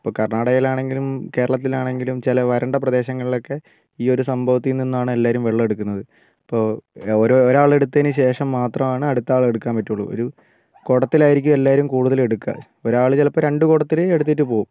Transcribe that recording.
ഇപ്പോൾ കർണ്ണാടകയിൽ ആണെങ്കിലും കേരളത്തിലാണെങ്കിലും ചില വരണ്ട പ്രദേശങ്ങളിലൊക്കെ ഈ ഒരു സംഭവത്തിൽ നിന്നാണ് എല്ലാവരും വെള്ളം എടുക്കുന്നത് ഇപ്പോൾ ഒരാൾ എടുത്തതിനു ശേഷം മാത്രമാണ് അടുത്ത ആൾ എടുക്കാൻ പറ്റുള്ളൂ ഒരു കുടത്തിലായിരിക്കും എല്ലാവരും കൂടുതൽ എടുക്കുക ഒരാൾ ചിലപ്പോൾ രണ്ടു കുടത്തിൽ എടുത്തിട്ട് പോവും